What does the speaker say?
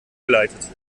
geleitet